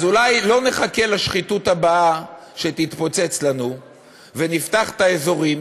אז אולי לא נחכה לשחיתות הבאה שתתפוצץ לנו ונפתח את האזורים?